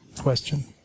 question